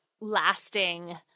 lasting